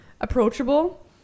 approachable